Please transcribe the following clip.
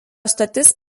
stotis